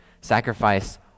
sacrifice